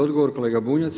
Odgovor kolega Bunjac.